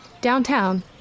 Downtown